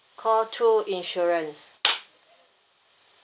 call two insurance